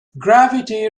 gravity